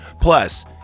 Plus